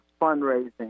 fundraising